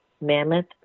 Mammoth